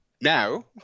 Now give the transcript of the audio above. Now